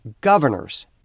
governors